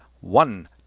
One